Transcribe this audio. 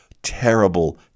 terrible